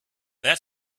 that